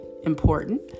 important